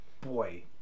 boy